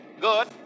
good